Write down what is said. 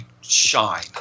shine